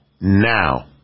now